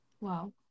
Wow